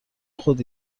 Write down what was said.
خود